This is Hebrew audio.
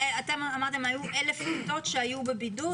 אתם אמרתם שהיו אלף כיתות בבידוד.